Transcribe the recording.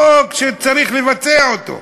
חוק שצריך לבצע אותו.